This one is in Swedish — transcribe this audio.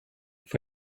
får